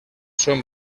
són